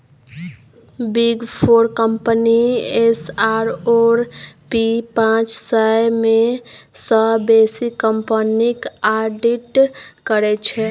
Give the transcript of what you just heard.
big four company S आओर P पाँच सय मे सँ बेसी कंपनीक आडिट करै छै